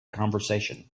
conversation